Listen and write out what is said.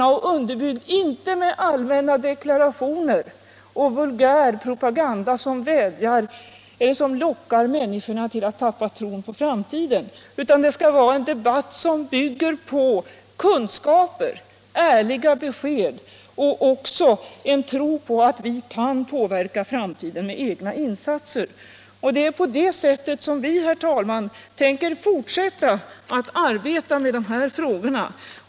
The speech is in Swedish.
Och det skall vara en debatt som inte är underbyggd med allmänna deklarationer och vulgärpropaganda, som gör att människorna tappar tron på framtiden, utan en debatt som bygger på kunskaper, ärliga besked och tro på att vi kan påverka framtiden med egna insatser. Det är på det sättet som vi, herr talman, tänker fortsätta att arbeta med de här frågorna.